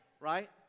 Right